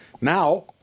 Now